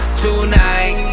tonight